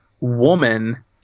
woman